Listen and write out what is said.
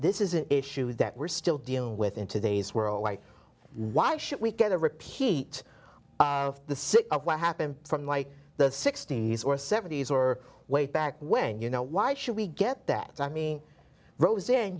this is an issue that we're still dealing with in today's world why should we get a repeat of the sick of what happened from like the sixty's or seventy's or way back when you know why should we get that i mean roseanne